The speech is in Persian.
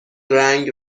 رنگ